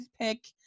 pick